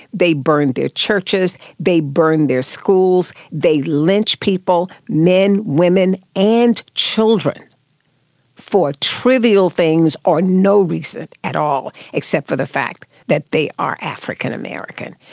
they burned their churches, they burned their schools, they lynched people, men, women and children for trivial things or no reason at all except for the fact that they are african americans.